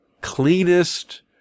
cleanest